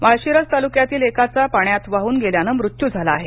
माळशिरस तालुक्यातील एकाचा पाण्यात वाहून गेल्यान मृत्यू झाला आहे